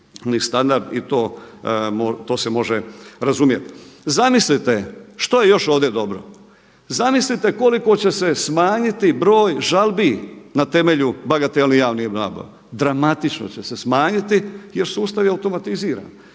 i to se može razumjeti. Zamislite što je još ovdje dobro? Zamislite koliko će se smanjiti broj žalbi na temelju bagatelnih javnih nabava. Dramatično će se smanjiti jer sustav je automatiziran.